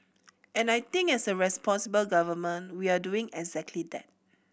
and I think as a responsible government we're doing exactly that